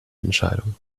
entscheidung